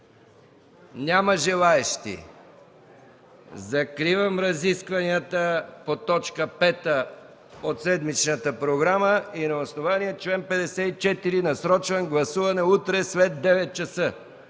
Няма желаещи. Закривам разискванията по точка пета от седмичната програма и на основание чл. 54 насрочвам гласуване утре, след 9,00 ч.